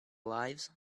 lives